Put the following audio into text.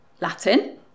Latin